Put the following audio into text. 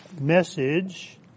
message